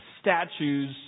statues